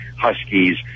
huskies